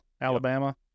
Alabama